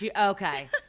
Okay